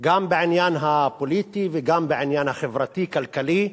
גם בעניין הפוליטי וגם בעניין החברתי-כלכלי.